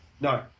No